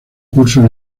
cursos